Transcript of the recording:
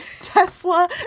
Tesla